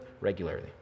regularly